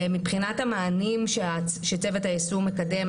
מבחינת המענים שצוות היישום מקדם,